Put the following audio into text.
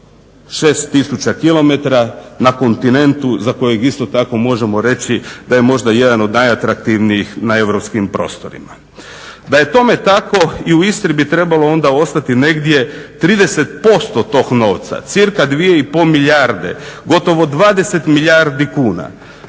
6000 km na kontinentu za kojeg isto tako možemo reći da je možda jedan od najatraktivnijih na europskim prostorima. Da je tome tako i u Istri bi trebalo onda ostati negdje 30% tog novca, cirka 2,5 milijarde, gotovo 20 milijardi kuna.